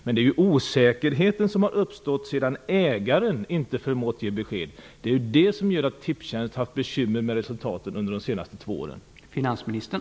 Det är osäkerheten som uppstått sedan ägaren inte har förmått ge besked som har gjort att Tipstjänst har haft bekymmer med resultaten under de två senaste åren.